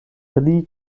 pli